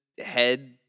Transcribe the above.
Head